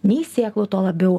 nei sėklų tuo labiau